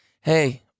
hey